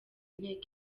nteko